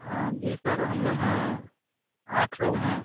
हाँ जी सर हम लोग हैं आठ लोग हैं